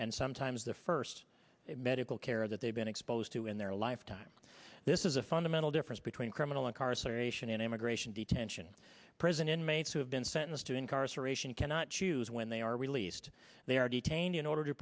and sometimes the first medical care that they've been exposed to in their lifetime this is a fundamental difference between criminal incarceration in immigration detention prison inmates who have been sentenced to incarceration cannot choose when they are released they are detained in order to